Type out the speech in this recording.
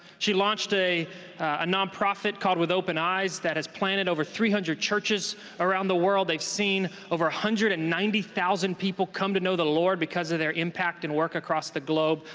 she launched a ah non-profit called with open eyes, that has planted over three hundred churches around the world. they've seen over one hundred and ninety thousand people come to know the lord because of their impact and work across the globe.